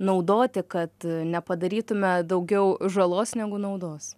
naudoti kad nepadarytume daugiau žalos negu naudos